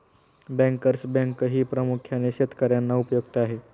bankers बँकही प्रामुख्याने शेतकर्यांना उपयुक्त आहे